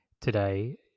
today